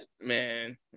man